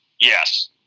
Yes